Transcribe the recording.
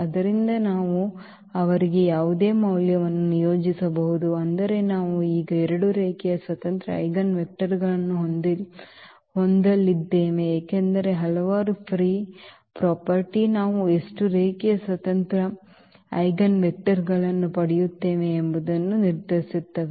ಆದ್ದರಿಂದ ನಾವು ಅವರಿಗೆ ಯಾವುದೇ ಮೌಲ್ಯವನ್ನು ನಿಯೋಜಿಸಬಹುದು ಅಂದರೆ ನಾವು ಈಗ ಎರಡು ರೇಖೀಯ ಸ್ವತಂತ್ರ ಐಜೆನ್ವೆಕ್ಟರ್ಗಳನ್ನು ಹೊಂದಲಿದ್ದೇವೆ ಏಕೆಂದರೆ ಹಲವಾರು ಫ್ರೀ ಅಸ್ಥಿರಗಳು ನಾವು ಎಷ್ಟು ರೇಖೀಯ ಸ್ವತಂತ್ರ ಐಜೆನ್ವೆಕ್ಟರ್ಗಳನ್ನು ಪಡೆಯುತ್ತೇವೆ ಎಂಬುದನ್ನು ನಿರ್ಧರಿಸುತ್ತವೆ